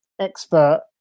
expert